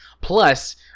Plus